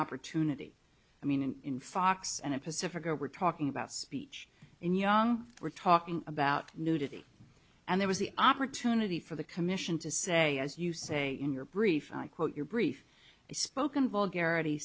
opportunity i mean in in fox and a pacifica we're talking about speech in young we're talking about nudity and there was the opportunity for the commission to say as you say in your brief i quote your brief spoken vol garrity